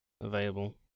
available